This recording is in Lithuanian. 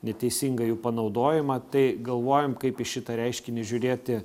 neteisingą jų panaudojimą tai galvojam kaip į šitą reiškinį žiūrėti